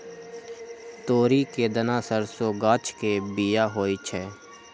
तोरी के दना सरसों गाछ के बिया होइ छइ